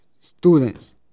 students